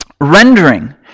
Rendering